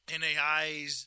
NAIs